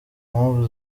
mpamvu